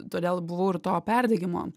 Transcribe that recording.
todėl buvau ir to perdegimo